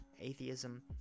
atheism